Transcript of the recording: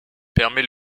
permet